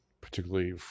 particularly